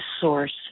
source